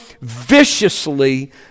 viciously